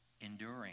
enduring